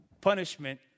punishment